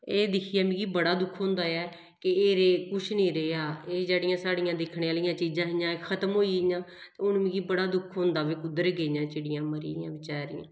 एह् दिक्खियै मिगी बड़ा दुख होंदा ऐ कि एह् रेह् कुछ निं रेहा एह् जेह्ड़ियां साढ़ियां दिक्खने आह्लियां चीजां हियां खतम होई गेइयां हून मिगी बड़ा दुख होंदा भाई कुद्धर गेइयां चिड़ियां मरी गेइयां बचैरियां